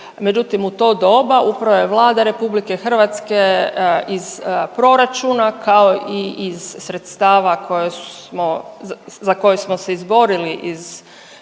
Međutim, u to doba upravo je Vlada RH iz proračuna kao i iz sredstava koje smo, za koje smo se izborili iz